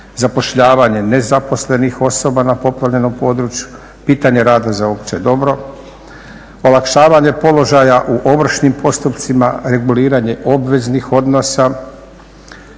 zapošljavanje nezaposlenih osoba na poplavljenom području, pitanje rada za opće dobro, olakšavanje položaja u ovršnim postupcima, reguliranje obveznih odnosa,